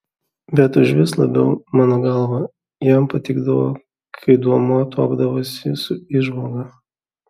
bet užvis labiau mano galva jam patikdavo kai duomuo tuokdavosi su įžvalga